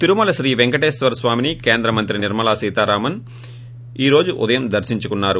తిరుమల శ్రీ వెంకటేశ్వరస్వామిని కేంద్రమంత్రి నిర్మలాసీతారామన్ ఈ రోజు ఉదయం దర్పించుకున్నారు